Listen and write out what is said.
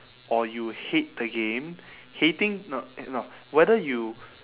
or you hate the game hating no no whether you